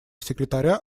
секретаря